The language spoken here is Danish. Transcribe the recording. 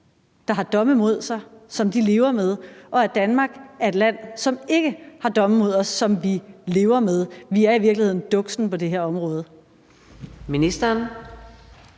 der har domme imod sig, som de lever med, og at Danmark er et land, som ikke har domme imod sig, som vi lever med, og at vi i virkeligheden er duksen på det område?